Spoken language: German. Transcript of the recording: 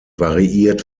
variiert